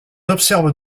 observe